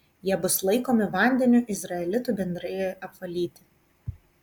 jie bus laikomi vandeniu izraelitų bendrijai apvalyti